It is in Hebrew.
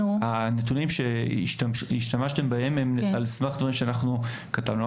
הנתונים שהשתמשתם בהם הם על סמך דברים שאנחנו כתבנו.